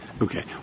Okay